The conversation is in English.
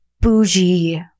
Bougie